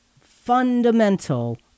fundamental